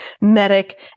medic